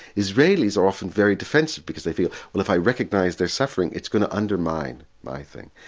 israelis are often very defensive because they feel, well if i recognise their suffering it's going to undermine my thing.